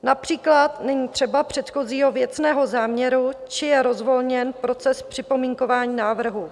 Například není třeba předchozího věcného záměru či je rozvolněn proces připomínkování návrhu.